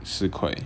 十块